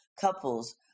couples